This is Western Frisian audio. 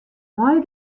mei